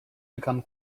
become